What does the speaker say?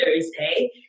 Thursday